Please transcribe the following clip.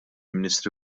ministri